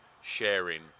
sharing